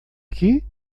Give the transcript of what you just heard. aqui